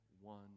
one